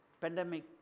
pandemic